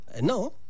no